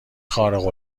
خارق